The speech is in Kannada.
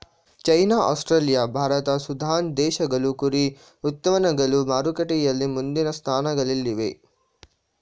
ಚೈನಾ ಆಸ್ಟ್ರೇಲಿಯಾ ಭಾರತ ಸುಡಾನ್ ದೇಶಗಳು ಕುರಿ ಉತ್ಪನ್ನಗಳು ಮಾರುಕಟ್ಟೆಯಲ್ಲಿ ಮುಂದಿನ ಸ್ಥಾನಗಳಲ್ಲಿವೆ